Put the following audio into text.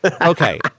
Okay